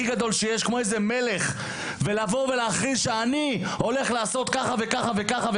והכריז שהוא הולך לעשות ככה וככה,